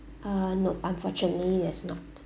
uh nope unfortunately there's not